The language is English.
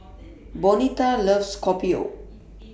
Bonita loves Kopi O